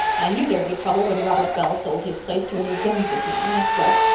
i knew there'd be trouble when robert bell sold his place to a new brunswick man, that's what.